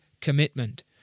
commitment